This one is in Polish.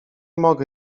mogę